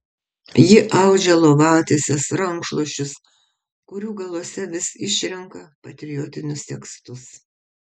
ji audžia lovatieses rankšluosčius kurių galuose vis išrenka patriotinius tekstus